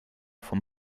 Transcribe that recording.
vom